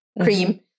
cream